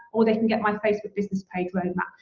or they can get my facebook business page roadmap.